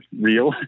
real